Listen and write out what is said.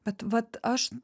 bet vat aš